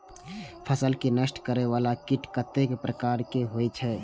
फसल के नष्ट करें वाला कीट कतेक प्रकार के होई छै?